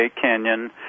Canyon